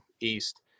east